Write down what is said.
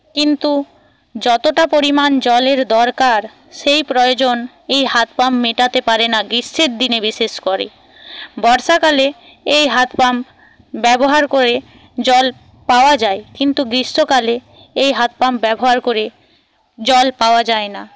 কিন্তু যতটা পরিমাণ জলের দরকার সেই প্রয়োজন এই হাতপাম্প মেটাতে পারে না গ্রীষ্মের দিনে বিশেষ করে বর্ষাকালে এই হাতপাম্প ব্যবহার করে জল পাওয়া যায় কিন্তু গ্রীষ্মকালে এই হাতপাম্প ব্যবহার করে জল পাওয়া যায় না